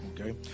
Okay